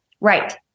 Right